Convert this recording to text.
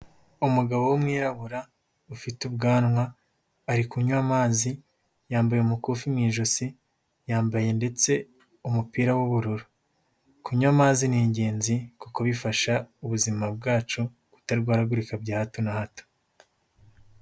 Umugabo w'umwirabura ufite ubwanwa, ari kunywa amazi, yambaye umukufi mu ijosi yambaye ndetse umupira w'ubururu. Kunywa amazi ni ingenzi kuko bifasha ubuzima bwacu kutarwaragurika bya hato na hato.